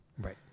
right